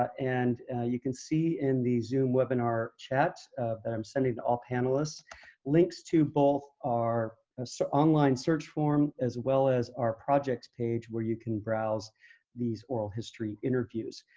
and you can see in the zoom webinar chat that i'm sending to all panelists links to both our so online search form as well as our projects page where you can browse these oral history interviews.